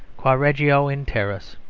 quae reggio in terris.